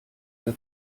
der